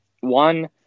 One